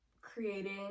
creating